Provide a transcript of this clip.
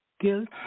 guilt